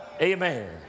Amen